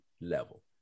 level